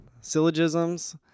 syllogisms